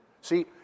See